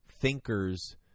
thinkers